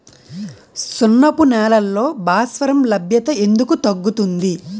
సున్నపు నేలల్లో భాస్వరం లభ్యత ఎందుకు తగ్గుతుంది?